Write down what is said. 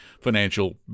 financial